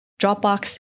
Dropbox